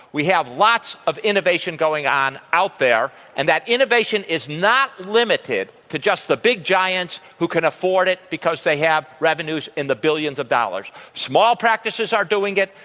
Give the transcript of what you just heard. we have lots of innovation going on out there. and that innovation is not limited to just the big giants who can afford it because they have revenues in the billions of dollars. small practices are doing it.